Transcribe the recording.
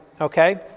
okay